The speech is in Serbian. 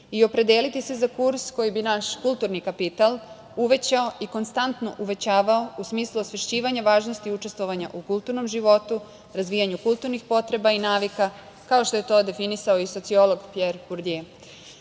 i opredeliti se za kurs koji bi naš kulturni kapital uvećao i konstantno uvećavao u smislu osvešćivanja važnosti učestvovanja u kulturnom životu, razvijanju kulturnih potreba i navika, kao što je to definisao i sociolog Pjer Kurdje. Na